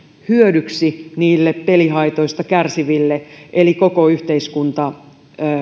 hyödyksi niille pelihaitoista kärsiville eli koko yhteiskunta